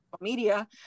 media